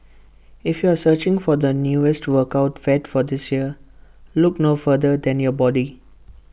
if you are searching for the newest workout fad for this year look no further than your body